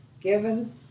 given